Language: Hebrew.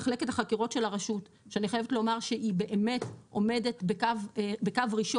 מחלקת החקירות של הרשות שאני חייבת לומר שהיא באמת עומדת בקו ראשון,